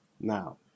Now